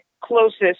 closest